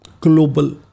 global